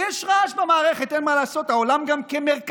יש רעש במערכת, אין מה לעשות, העולם גם כמרקחה.